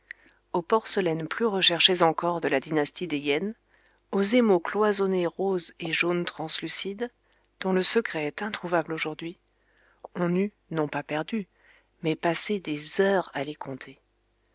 aux porcelaines plus recherchées encore de la dynastie des yen aux émaux cloisonnés roses et jaunes translucides dont le secret est introuvable aujourd'hui on eût non pas perdu mais passé des heures à les compter